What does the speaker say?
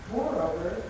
Moreover